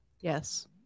Yes